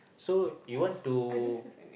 so you want to